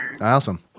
Awesome